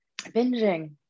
Binging